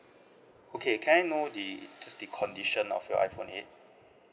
okay can I know the just the condition of your iphone eight